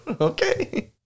Okay